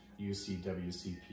UCWCP